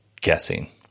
guessing